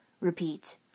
Repeat